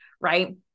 right